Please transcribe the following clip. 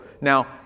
now